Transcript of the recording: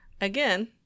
Again